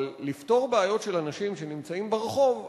אבל לפתור בעיות של אנשים שנמצאים ברחוב,